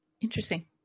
Interesting